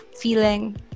feeling